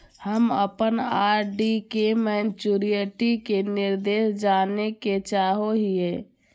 हम अप्पन आर.डी के मैचुरीटी के निर्देश जाने के चाहो हिअइ